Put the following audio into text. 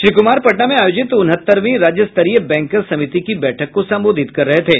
श्री कुमार पटना में आयोजित उनहत्तरवीं राज्य स्तरीय बैंकर्स समिति की बैठक को संबोधित कर रहे थे